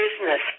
Business